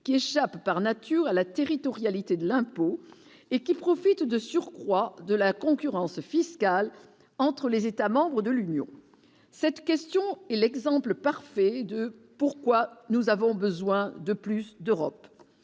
qui échappe par nature à la territorialité de l'impôt et qui profite de surcroît de la concurrence fiscale entre les États membres de l'Union, cette question est l'exemple parfait de pourquoi nous avons besoin de plus d'Europe,